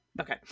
Okay